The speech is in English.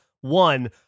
one